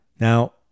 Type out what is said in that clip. Now